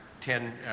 Ten